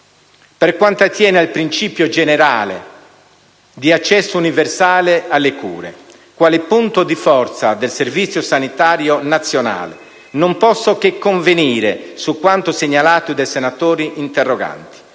per quanto attiene al principio generale di accesso universale alle cure, quale punto di forza del Servizio sanitario nazionale, non posso che convenire su quanto segnalato dai senatori interroganti.